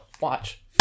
watch